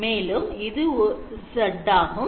மேலும் இது z ஆகும்